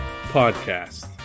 Podcast